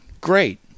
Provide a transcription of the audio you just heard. great